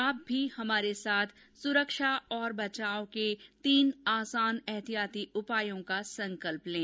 आप भी हमारे साथ सुरक्षा और बचाव के तीन आसान एहतियाती उपायों का संकल्प लें